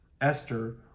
Esther